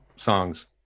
songs